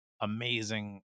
amazing